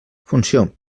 funció